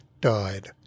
died